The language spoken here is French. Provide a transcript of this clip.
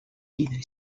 une